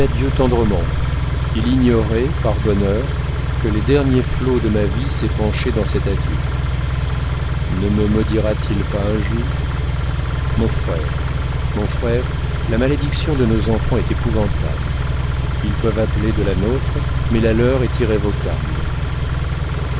adieu tendrement il ignorait par bonheur que les derniers flots de ma vie s'épanchaient dans cet adieu ne me maudira t il pas un jour mon frère mon frère la malédiction de nos enfants est épouvantable ils peuvent appeler de la nôtre mais la leur est irrévocable